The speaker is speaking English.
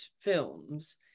films